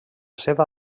seva